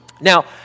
Now